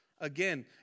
Again